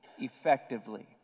effectively